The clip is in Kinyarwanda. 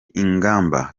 ingamba